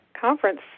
conference